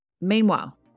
Meanwhile